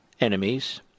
enemies